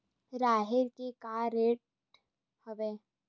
राहेर के का रेट हवय?